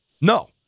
No